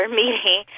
meeting